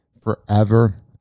forever